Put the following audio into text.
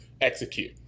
execute